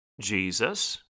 Jesus